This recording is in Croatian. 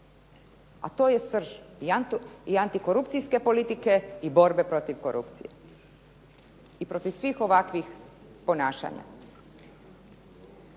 Ali to je srž i antikorupcijske politike i borbe protiv korupcije i protiv svih ovakvih ponašanja.